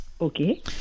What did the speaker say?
Okay